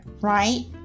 right